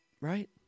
Right